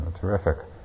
terrific